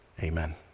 Amen